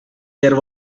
there